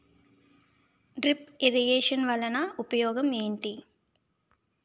drip irrigation వలన ఉపయోగం ఏంటి